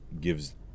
gives